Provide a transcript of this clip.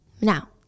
Now